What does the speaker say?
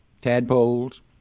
tadpoles